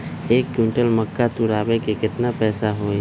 एक क्विंटल मक्का तुरावे के केतना पैसा होई?